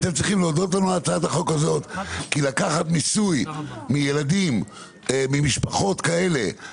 כי לקחת מיסוי מילדים ממשפחות כאלה,